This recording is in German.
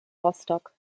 rostock